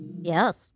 Yes